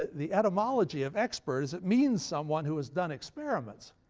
the etymology of expert, is it means someone who has done experiments.